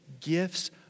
gifts